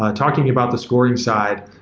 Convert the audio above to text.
ah talking about the scoring side,